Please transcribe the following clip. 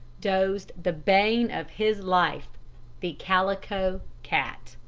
dozed the bane of his life the calico cat.